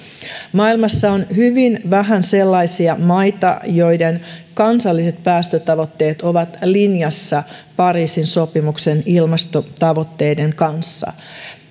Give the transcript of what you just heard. maailmassa on hyvin vähän sellaisia maita joiden kansalliset päästötavoitteet ovat linjassa pariisin sopimuksen ilmastotavoitteiden kanssa